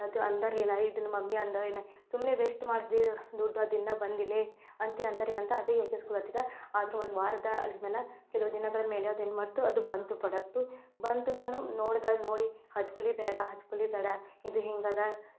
ಅದು ಅಂದರು ನಾನು ಇದನ್ನು ಮಮ್ಮಿ ಅಂದರು ಏನು ಸುಮ್ಮನೆ ವೇಸ್ಟ್ ಮಾಡಿಸ್ದಿ ದುಡ್ಡು ಅದಿನ್ನೂ ಬಂದಿಲ್ಲ ಏ ಅಂತ ಅಂದರು ಅಂತ ಅದೇ ಯೋಚಿಸ್ಕೊಳತ್ತಿದ್ದೆ ಆದರೂ ಒಂದು ವಾರ ಆದ ಮೇಲೆ ಕೆಲವ್ ದಿನಗಳ ಮೇಲೆ ಅದು ಏನು ಮಾಡ್ತು ಅದು ಬಂತು ಪ್ರೊಡಕ್ಟು ಬಂತು ನಾನು ನೋಡ್ದಾಗ ನೋಡಿ ಹಚ್ಕೊಳ್ಲಿ ಬೇಡ ಹಚ್ಕೊಳ್ಲಿ ಬೇಡ ಇದು ಹಿಂಗಿದೆ